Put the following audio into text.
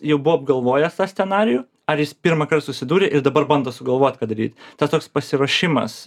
jau buvo apgalvojęs tą scenarijų ar jis pirmąkart susidūrė ir dabar bando sugalvot ką daryt tas toks pasiruošimas